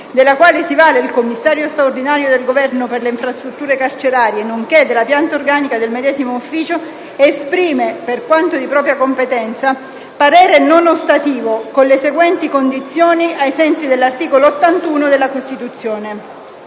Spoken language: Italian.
della quale si vale il Commissario straordinario del Governo per le infrastrutture carcerarie, nonché della pianta organica del medesimo ufficio; esprime, per quanto di propria competeva, parere non ostativo, con le seguenti condizioni, ai sensi dell'articolo 81 della Costituzione: